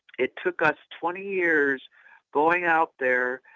it took us twenty years going out there,